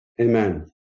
amen